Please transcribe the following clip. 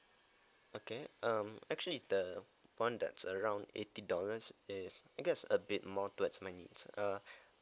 okay um actually the [one] that's around eighty dollars is I guess a bit more towards my needs uh